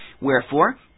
Wherefore